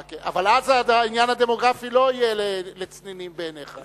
אבל אז העניין הדמוגרפי לא יהיה לצנינים בעיניך.